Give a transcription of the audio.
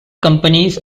companies